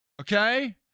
okay